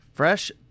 Fresh